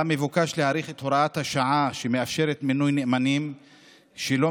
שבה מבוקש להאריך את הוראת השעה שמאפשרת מינוי נאמנים שלא